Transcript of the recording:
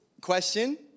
question